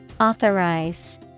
Authorize